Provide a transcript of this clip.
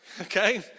okay